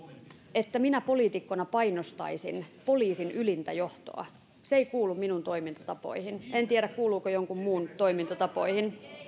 että minä poliitikkona painostaisin poliisin ylintä johtoa se ei kuulu minun toimintatapoihini en tiedä kuuluuko jonkun muun toimintatapoihin